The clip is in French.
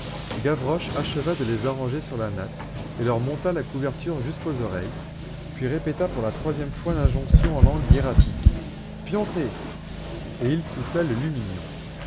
gavroche acheva de les arranger sur la natte et leur monta la couverture jusqu'aux oreilles puis répéta pour la troisième fois l'injonction en langue hiératique pioncez et il souffla le lumignon